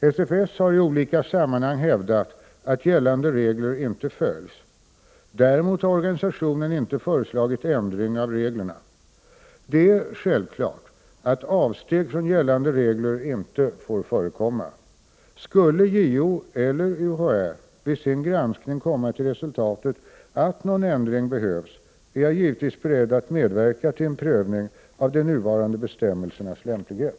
SFS har i olika sammanhang hävdat att gällande regler inte följs. Däremot har organisationen inte föreslagit ändring av reglerna. Det är självklart att avsteg från gällande regler inte får förekomma. Skulle JO eller UHÄ vid sin granskning komma till resultatet att någon sådan ändring behövs, är jag givetvis beredd att medverka till en prövning av de nuvarande bestämmelsernas lämplighet.